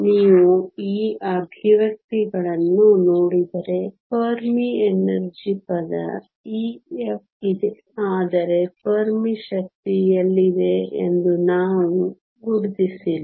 ನೀವು ಈ ಎಕ್ಸ್ಪ್ರೆಶನ್ ಗಳನ್ನು ನೋಡಿದರೆ ಫೆರ್ಮಿ ಎನರ್ಜಿ ಪದ ಎಫ್ ಇದೆ ಆದರೆ ಫೆರ್ಮಿ ಶಕ್ತಿ ಎಲ್ಲಿದೆ ಎಂದು ನಾನು ಗುರುತಿಸಿಲ್ಲ